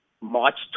March